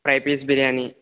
fry piece biryani